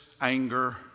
anger